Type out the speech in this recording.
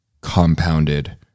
compounded